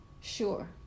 sure